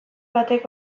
batek